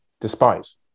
despise